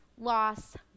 loss